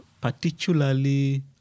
particularly